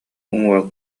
уҥуоҕа